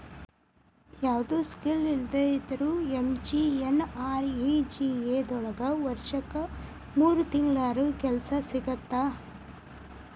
ಯಾವ್ದು ಸ್ಕಿಲ್ ಇಲ್ದೆ ಇದ್ರೂ ಎಂ.ಜಿ.ಎನ್.ಆರ್.ಇ.ಜಿ.ಎ ದೊಳಗ ವರ್ಷಕ್ ಮೂರ್ ತಿಂಗಳರ ಕೆಲ್ಸ ಸಿಗತ್ತ